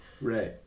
Right